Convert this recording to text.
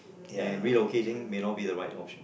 and relocating may not be the right option